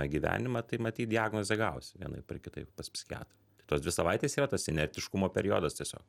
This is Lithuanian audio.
gyvenimą tai matyt diagnozę gausi vienaip ar kitaip pas psichiatrą tai tos dvi savaitės yra tas inertiškumo periodas tiesiog